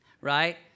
right